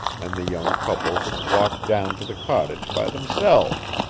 and the young couple would walk down to the cottage by themselves.